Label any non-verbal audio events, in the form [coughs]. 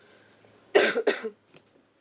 [coughs]